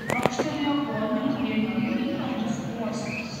ir pakštelėjo poniai eugenijai į abu skruostus